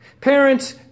Parents